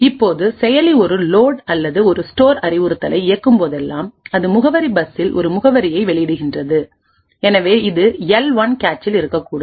இப்போது செயலி ஒரு லோட் அல்லது ஒருஸ்டோர் அறிவுறுத்தலை இயக்கும் போதெல்லாம் அது முகவரி பஸ்ஸில் ஒரு முகவரியை வெளியிடுகிறது எனவே இது எல் 1 கேச்சில் இருக்கக்கூடும்